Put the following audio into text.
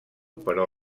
però